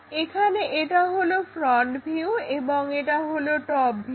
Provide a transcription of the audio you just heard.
এখানে এটা হলো ফ্রন্ট ভিউ এবং এটা হলো টপভিউ